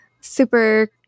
super